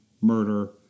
murder